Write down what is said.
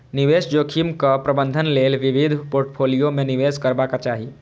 निवेश जोखिमक प्रबंधन लेल विविध पोर्टफोलियो मे निवेश करबाक चाही